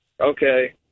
okay